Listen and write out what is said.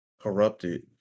corrupted